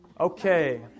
Okay